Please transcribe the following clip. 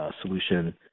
solution